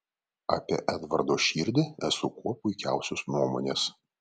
apie edvardo širdį esu kuo puikiausios nuomonės